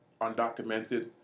undocumented